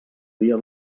dia